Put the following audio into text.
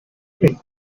free